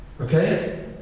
okay